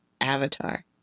Avatar